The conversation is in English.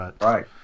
Right